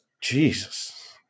jesus